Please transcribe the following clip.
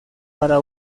para